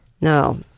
No